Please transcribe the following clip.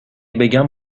بگم